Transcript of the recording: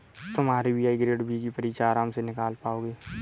तुम RBI grade B की परीक्षा आराम से निकाल पाओगे